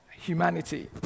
humanity